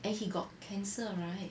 and he got cancer are [right]